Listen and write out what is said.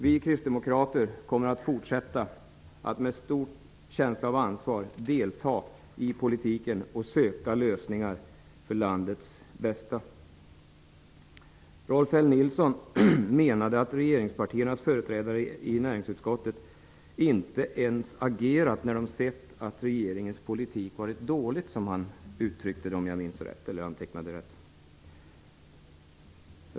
Vi kristdemokrater kommer att fortsätta att med stor känsla av ansvar delta i politiken och söka lösningar för landets bästa. Rolf L Nilson menade att regeringspartiernas företrädare i näringsutskottet inte ens har agerat när de har sett att regeringens politik varit dålig -- det var så han uttryckte sig, om jag har antecknat rätt.